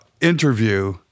interview